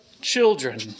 children